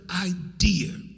idea